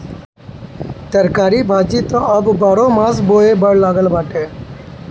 तरकारी भाजी त अब बारहोमास बोआए लागल बाटे